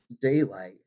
daylight